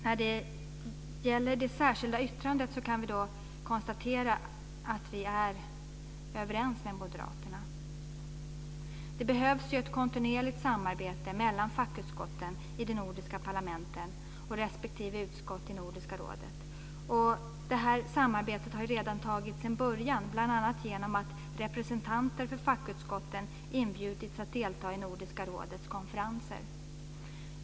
När det gäller det särskilda yttrandet kan vi konstatera att vi är överens med moderaterna. Det behövs ju ett kontinuerligt samarbete mellan fackutskotten i de nordiska parlamenten och respektive utskott i Nordiska rådet. Det här samarbetet har redan tagit sin början, bl.a. genom att representanter för fackutskotten inbjudits att delta i Nordiska rådets konferenser.